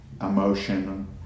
emotion